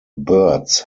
birds